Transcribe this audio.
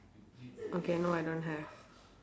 okay no I don't have